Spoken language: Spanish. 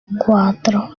cuatro